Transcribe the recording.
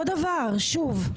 אותו דבר, שוב.